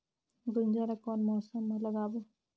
गुनजा ला कोन मौसम मा लगाबो?